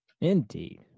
Indeed